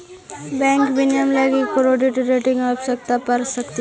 bank विनियमन लगी credit rating के आवश्यकता पड़ सकऽ हइ